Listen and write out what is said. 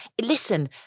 Listen